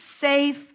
safe